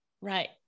Right